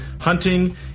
hunting